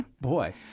Boy